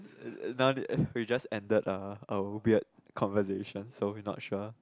now uh we just ended ah our weird conversation so we not sure